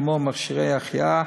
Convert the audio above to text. כמו מכשירי החייאה,